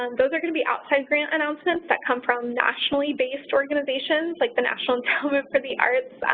um those are going to be outside grant announcements that come from nationally based organizations like the national endowment for the arts,